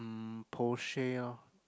mm Porsche lor